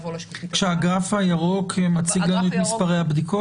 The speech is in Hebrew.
הגרף הירוק מציג לנו את מספרי הבדיקות?